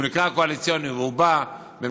אם הוא נקרא קואליציוני והוא בא באמצעות